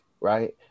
Right